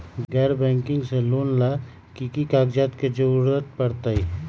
गैर बैंकिंग से लोन ला की की कागज के जरूरत पड़तै?